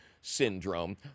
syndrome